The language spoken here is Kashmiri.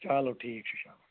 چلو ٹھیٖک چھُ چلو